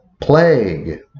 plague